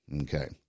okay